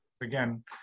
again